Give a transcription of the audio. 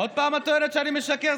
עוד פעם את טוענת שאני משקר?